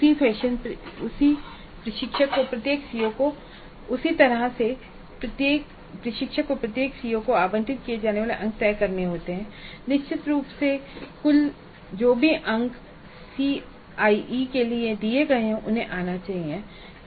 उसी फैशन प्रशिक्षक को प्रत्येक सीओ को आवंटित किए जाने वाले अंक तय करने होते हैं और निश्चित रूप से कुल जो भी अंक सीआईई के लिए दिए गए हैं उन्हें आना चाहिए